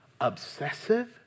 Obsessive